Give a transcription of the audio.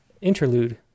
interlude